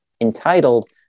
entitled